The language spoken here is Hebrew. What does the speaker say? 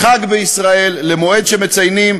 לחג בישראל, למועד שמציינים.